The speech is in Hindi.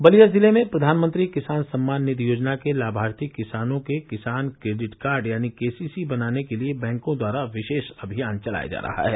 बलिया जिले में प्रधानमंत्री किसान सम्मान निधि योजना के लाभार्थी किसानों के किसान क्रेडिट कार्ड यानी केसीसी बनाने के लिए बैंकों द्वारा विशेष अभियान चलाया जा रहा है